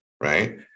right